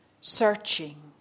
searching